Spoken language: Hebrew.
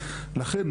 לכן,